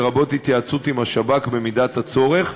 לרבות התייעצות עם השב"כ במידת הצורך,